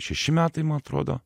šeši metai man atrodo